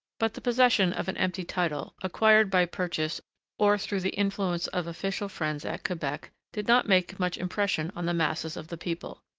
but the possession of an empty title, acquired by purchase or through the influence of official friends at quebec, did not make much impression on the masses of the people.